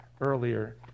earlier